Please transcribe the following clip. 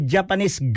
Japanese